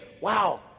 wow